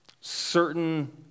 certain